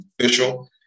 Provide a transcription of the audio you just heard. official